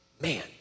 Man